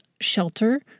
shelter